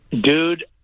dude